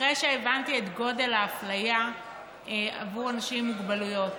אחרי שהבנתי את גודל האפליה של אנשים עם מוגבלויות,